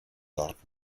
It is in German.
dort